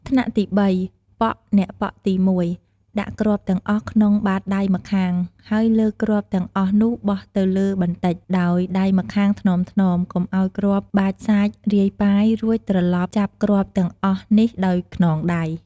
ថ្នាក់ទី៣ ប៉ក់ អ្នកប៉ក់ទី១ ដាក់គ្រាប់ទាំងអស់ក្នុងបាតដៃម្ខាង ហើយលើកគ្រាប់ទាំងអស់នោះបោះទៅលើបន្តិច ដោយដៃម្ខាងថ្នមៗ កុំឲ្យគ្រាប់បាចសាចរាយប៉ាយរួចត្រឡប់ចាប់គ្រាប់ទាំងអស់នេះដោយខ្នងដៃ។